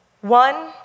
One